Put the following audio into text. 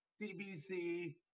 CBC